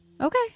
Okay